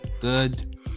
Good